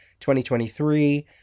2023